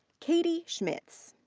katie schmitz.